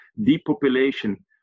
depopulation